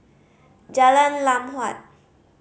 Jalan Lam Huat